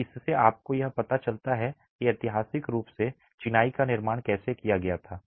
तो इससे आपको यह पता चलता है कि ऐतिहासिक रूप से चिनाई का निर्माण कैसे किया गया था